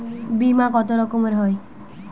বিমা কত রকমের হয়?